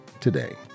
today